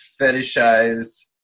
fetishized